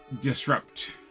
disrupt